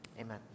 Amen